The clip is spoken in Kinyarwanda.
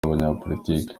abanyapolitiki